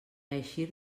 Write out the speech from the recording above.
eixir